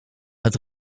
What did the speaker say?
het